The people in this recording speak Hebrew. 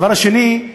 דבר שני,